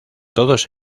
todos